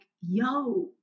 yo